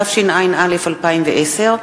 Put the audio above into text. התשע"א 2010,